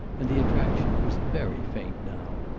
and the attraction was very faint now.